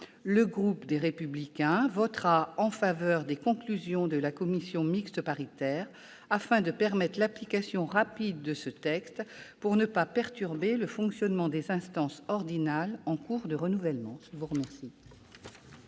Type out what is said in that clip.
Le groupe Les Républicains votera en faveur des conclusions de la commission mixte paritaire, afin de permettre l'application rapide de ce texte pour ne pas perturber le fonctionnement des instances ordinales en cours de renouvellement. La discussion